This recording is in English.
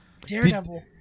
Daredevil